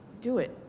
do it.